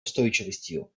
устойчивостью